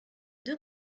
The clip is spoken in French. deux